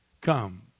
come